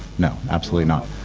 no, absolutely not.